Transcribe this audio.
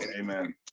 Amen